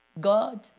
God